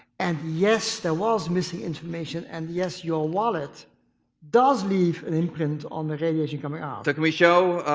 and yes, there was missing information, and yes your wallet does leave an imprint on the radiation coming out. so can we show.